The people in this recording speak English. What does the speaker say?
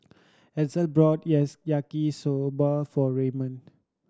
Edsel bought yes Yaki Soba for Raymond